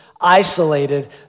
isolated